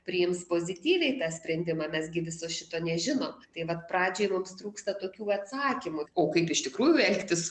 priims pozityviai tą sprendimą mes gi viso šito nežinom tai vat pradžiai mums trūksta tokių atsakymų o kaip iš tikrųjų elgtis